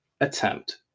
attempt